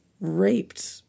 raped